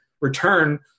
return